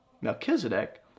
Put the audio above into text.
Melchizedek